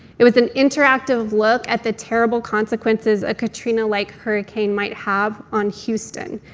it was an interactive look at the terrible consequences a katrina-like hurricane might have on houston.